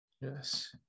Yes